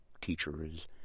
teachers